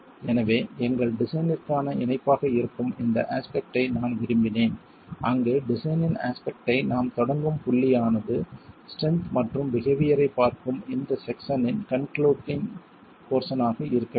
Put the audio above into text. எனவே எங்கள் டிசைன்னிற்கான இணைப்பாக இருக்கும் இந்த அஸ்பெக்ட் ஐ நான் விரும்பினேன் அங்கு டிசைன்னின் அஸ்பெக்ட் ஐ நாம் தொடங்கும் புள்ளி ஆனது ஸ்ட்ரென்த் மற்றும் பிஹேவியர் ஐப் பார்க்கும் இந்தப் செக்சனின் கன்குளுடிங் போர்சன் ஆக இருக்க வேண்டும்